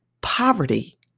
poverty